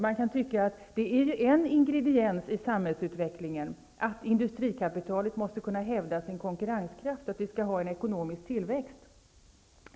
Man kan tycka att det är en ingrediens i samhällsutvecklingen att industrikapitalet måste kunna hävda sin konkurrenskraft och att vi skall ha en ekonomisk tillväxt.